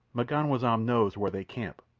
m'ganwazam knows where they camp.